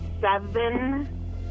seven